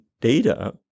data